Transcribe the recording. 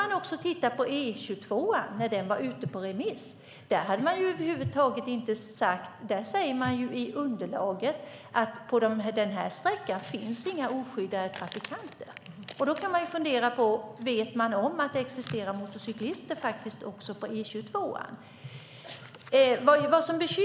När förslaget om E22 var ute på remiss sade man i underlaget att det inte finns några oskyddade trafikanter på sträckan. Vet man om att det existerar motorcyklister också på E22?